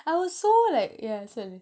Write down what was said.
I was so like yeah say leh